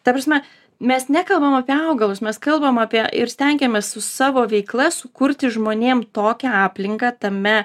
ta prasme mes nekalbam apie augalus mes kalbam apie stengiamės su savo veikla sukurti žmonėm tokią aplinką tame